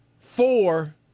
four